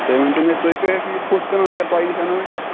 تُہۍ ؤنۍتَو مےٚ تُہۍ کٔہۍ چھُو یہِ فُٹ کٕنن اگر تۄہہِ نِش اَنو أسۍ